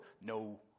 No